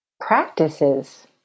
practices